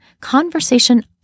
conversation